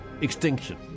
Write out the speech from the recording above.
extinction